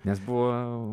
nes buvo